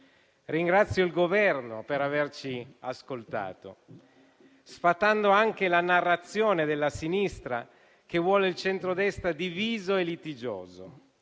Ringrazio il Governo per averci ascoltato. Sfatando anche la narrazione della sinistra, che vuole il centrodestra diviso e litigioso,